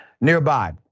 Nearby